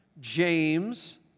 James